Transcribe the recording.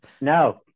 no